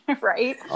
Right